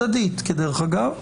הדדית כדרך אגב.